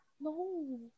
No